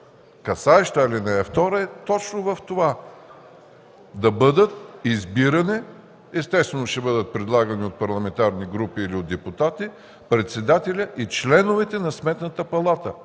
касаещо ал. 2, е точно в това: да бъдат избирани – естествено ще бъдат предлагани от парламентарни групи или от депутати – председателят и членовете на Сметната палата,